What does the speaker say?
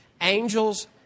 Angels